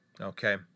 Okay